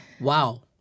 Wow